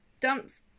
dumps